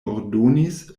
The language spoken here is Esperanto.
ordonis